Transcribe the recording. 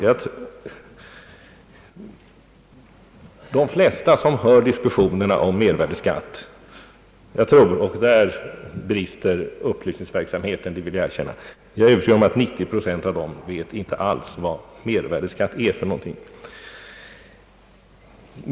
Jag är ganska övertygad om att 90 procent av dem som hör diskussionerna om mervärdeskatt inte alls vet vad den innebär; jag vill erkänna att det har brustit i upplysningsverksamheten därvidlag.